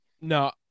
no